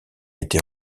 été